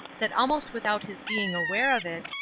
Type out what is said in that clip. that almost without his being aware of it,